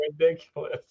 Ridiculous